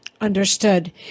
Understood